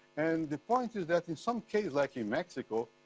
and the point is that in some cases, like in mexico,